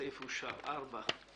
הצבעה בעד סעיף 3 פה אחד סעיף 3 נתקבל.